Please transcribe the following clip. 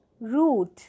root